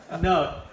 No